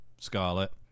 Scarlet